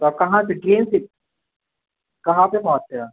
तो आप कहाँ से टी एन सी कहाँ पर पहुंचे आप